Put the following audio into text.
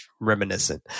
reminiscent